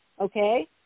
okay